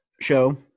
show